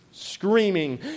screaming